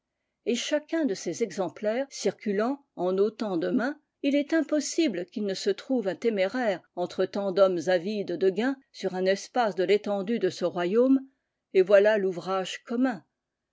et chacun de ces exemplaires circulant en autant de mains il est impossible qu'il ne se trouve un téméraire entre tant d'hommes avides de gain sur un espace de l'étendue de ce royaume et voilà l'ouvrage commun